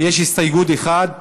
יש הסתייגות אחת.